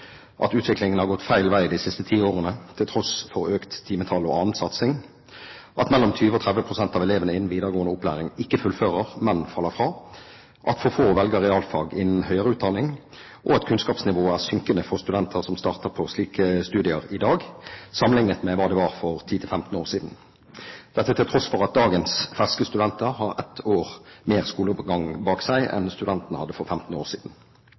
undersøkelser, utviklingen har gått feil vei de siste ti årene til tross for økt timetall og annen satsing, mellom 20 og 30 pst. av elevene innen videregående opplæring fullfører ikke, men faller fra, for få velger realfag innen høyere utdanning, og kunnskapsnivået er synkende for studenter som starter på slike studier i dag, sammenlignet med hva det var for 10–15 år siden – dette til tross for at dagens ferske studenter har ett år mer skolegang bak seg enn det studentene hadde for 15 år siden.